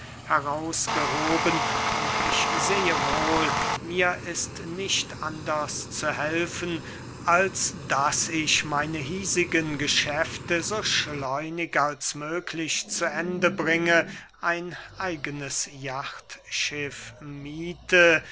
heraus gehoben und ich sehe wohl mir ist nicht anders zu helfen als daß ich meine hiesigen geschäfte so schleunig als möglich zu ende bringe ein eigenes jachtschiff miethe